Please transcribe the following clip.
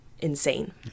insane